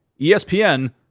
ESPN